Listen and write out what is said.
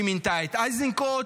והיא מינתה את איזנקוט,